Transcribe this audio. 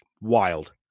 Wild